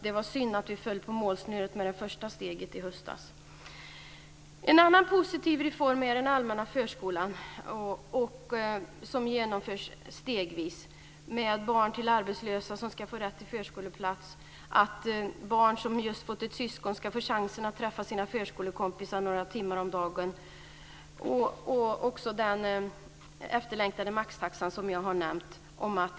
Det var synd att vi föll på målsnöret med det första steget i höstas. En annan positiv reform är den allmänna förskolan, som genomförs stegvis. Barn till arbetslösa ska få rätt till förskoleplats. Barn som just har fått ett syskon ska få chansen att få träffa sina förskolekompisar några timmar om dagen. Det är också den efterlängtade maxtaxan.